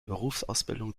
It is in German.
berufsausbildung